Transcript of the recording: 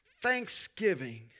Thanksgiving